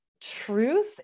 Truth